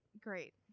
Great